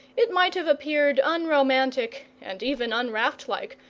it might have appeared unromantic and even unraftlike,